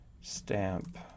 stamp